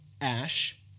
Ash